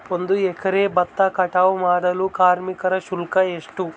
ಒಂದು ಎಕರೆ ಭತ್ತ ಕಟಾವ್ ಮಾಡಲು ಕಾರ್ಮಿಕ ಶುಲ್ಕ ಎಷ್ಟು?